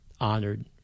honored